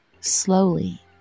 slowly